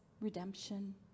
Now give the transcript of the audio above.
redemption